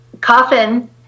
coffin